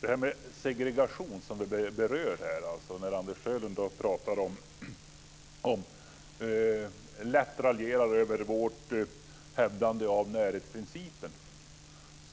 Fru talman! Vi berör här frågan om segregation. Anders Sjölund raljerar lätt över vårt hävdande av närhetsprincipen.